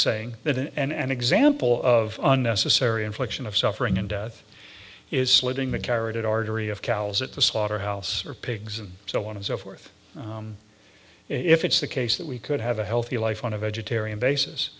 saying that and example of unnecessary infliction of suffering and death is slitting the carrot artery of cals at the slaughterhouse or pigs and so on and so forth if it's the case that we could have a healthy life on a vegetarian basis